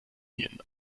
linien